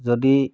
যদি